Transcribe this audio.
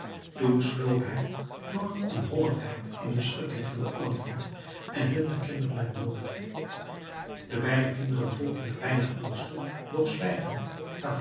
toen sloop hij door een holligheid in de schutting van den olifant en hielp de kinderen er door de beide kinderen volgden een weinig angstig doch zwijgend